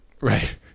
right